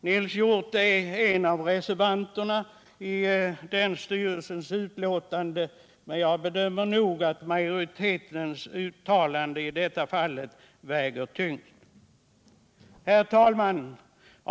Nils Hjorth är en av dem som reserverat sig i verkets styrelse, men jag anser nog att majoritetens uttalande i detta fall väger tyngst. Herr talman!